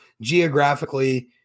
geographically